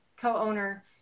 co-owner